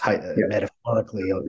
metaphorically